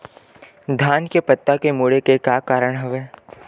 धान के पत्ता मुड़े के का कारण हवय?